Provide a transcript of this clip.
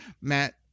Matt